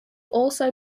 also